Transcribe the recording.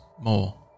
more